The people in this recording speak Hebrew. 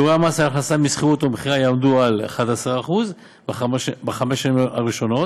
שיעורי המס על ההכנסה משכירות או מכירה יהיו 11% בחמש השנים הראשונות,